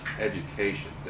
education